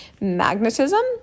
magnetism